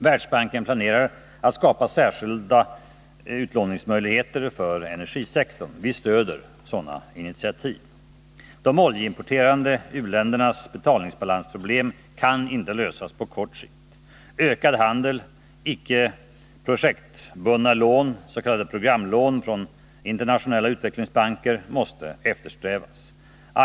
Världsbanken planerar att skapa särskilda utlåningsmöjligheter för energisektorn. Vi stöder sådana initiativ. 4. De oljeimporterande u-ländernas betalningsbalansproblem kan inte lösas på kort sikt. Ökad andel icke projektbundna lån, s.k. programlån, från internationella utvecklingsbanker, måste eftersträvas.